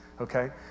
okay